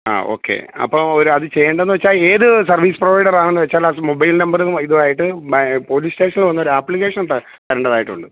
ആ ഓക്കെ അപ്പോൾ ഒരു അത് ചെയ്യണ്ടേന്ന് വെച്ചാൽ ഏത് സര്വീസ് പ്രൊവൈഡറാന്ന് വെച്ചാൽ അത് മൊബൈല് നമ്പറും ഇതും ആയിട്ട് മെ പോലീസ് സ്റ്റേഷനീ വന്ന് ഒരു ആപ്ലിക്കേഷന് തരാം തരേണ്ടതായിട്ടുണ്ട്